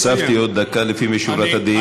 הוספתי עוד דקה, לפנים משורת הדין.